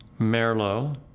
Merlot